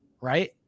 right